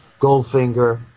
Goldfinger